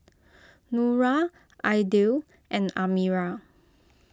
Nura Aidil and Amirah